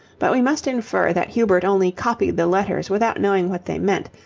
but we must infer that hubert only copied the letters without knowing what they meant,